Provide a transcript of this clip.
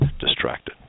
distracted